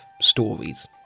stories